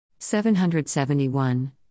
771